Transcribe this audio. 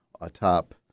atop